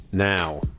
Now